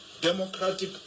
democratic